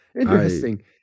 interesting